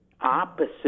opposite